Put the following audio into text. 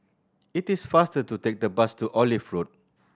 it is faster to take the bus to Olive Road